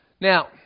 Now